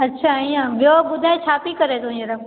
अच्छा हीअं ॿियो ॿुधाए छा थी करे तूं हींअर